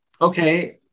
Okay